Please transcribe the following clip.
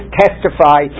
testify